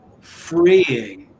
freeing